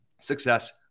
success